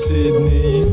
Sydney